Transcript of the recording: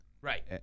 Right